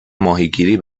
ماهیگیری